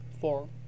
Four